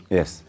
Yes